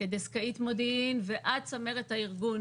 כדסקאית מודיעין ועד צמרת הארגון,